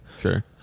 sure